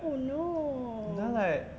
right